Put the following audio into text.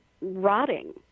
rotting